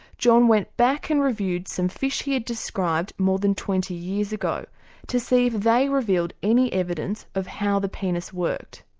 john went back and reviewed some fish he had described more than twenty years ago to see if they revealed any evidence of how the penis worked.